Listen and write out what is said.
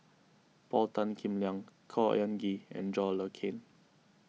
Paul Tan Kim Liang Khor Ean Ghee and John Le Cain